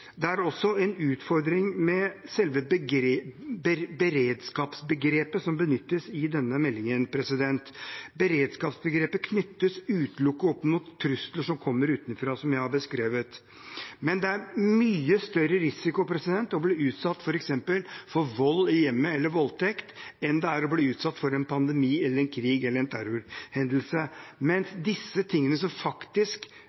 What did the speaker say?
Det er også en utfordring med selve beredskapsbegrepet som benyttes i denne meldingen. Beredskapsbegrepet knyttes utelukkende opp mot trusler som kommer utenfra, som jeg har beskrevet, men det er en mye større risiko for å bli utsatt f.eks. for vold i hjemmet eller voldtekt enn for å bli utsatt for en pandemi, en krig eller en terrorhendelse,